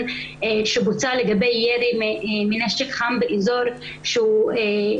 שבוצע לגבי ירי מנשק חם באזור שמסכן,